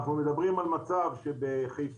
אנחנו מדברים על מצב שבחיפה,